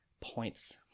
points